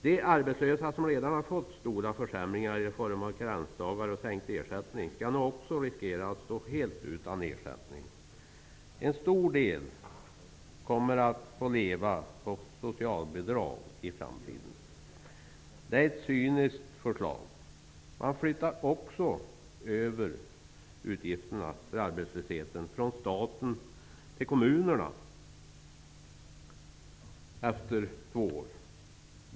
De arbetslösa som redan har fått stora förämringar i form av karensdagar och sänkt ersättning skall nu också riskera att stå helt utan ersättning. En stor del kommer att tvingas att leva på socialbidrag i framtiden. Det är ett cyniskt förslag. Efter två år flyttar man också över utgifterna för arbetslösheten från staten till kommunerna.